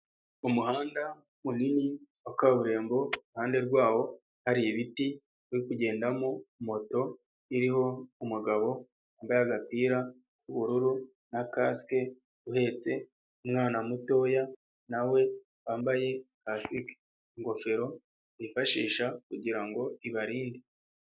Umuhanda munini wa kaburimbo iruhande rwawo hari ibiti biri kugenda mo moto, iriho umugabo wambaye agapira k'ubururu na kasike uhetse umwana mutoya nawe wambaye kasike, ingofero bifashisha kugira ngo ibarinde.